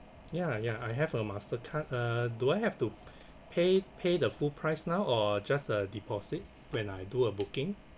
yeah yeah I have a Mastercard uh do I have to pay pay the full price now or just a deposit when I do a booking